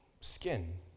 skin